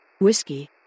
Whiskey